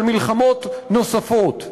של מלחמות נוספות.